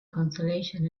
consolation